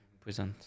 present